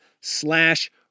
slash